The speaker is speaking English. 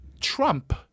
Trump